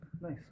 Nice